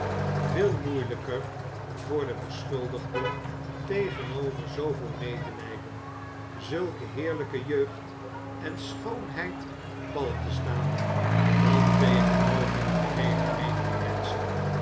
veel moeiiyker voor den beschuldigde tegenover zooveel medeiyden zulke heerlpe jeugd en schoonheid pal te staan dan tegenover de geheele menigte menschen